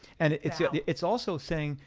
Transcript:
and it's yeah yeah it's also saying,